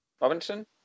Robinson